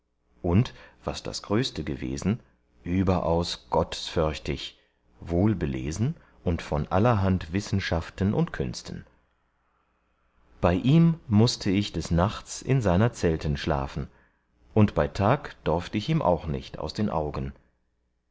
und was das größte gewesen überaus gottsförchtig wohlbelesen und voll allerhand wissenschaften und künsten bei ihm mußte ich des nachts in seiner zelten schlafen und bei tag dorfte ich ihm auch nicht aus den augen